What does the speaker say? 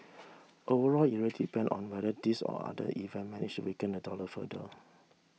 overall it really depend on whether these or other event manage weaken the dollar further